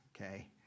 okay